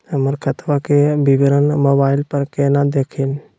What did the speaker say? हमर खतवा के विवरण मोबाईल पर केना देखिन?